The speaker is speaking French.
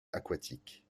aquatique